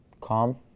Calm